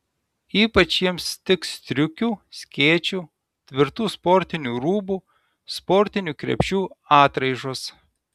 ypač jiems tiks striukių skėčių tvirtų sportinių rūbų sportinių krepšių atraižos